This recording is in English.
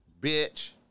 Bitch